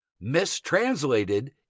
mistranslated